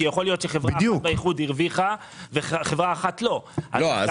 כי יכול להיות שחברה אחת באיחוד הרוויחה וחברה שנייה באיחוד לא הרוויחה.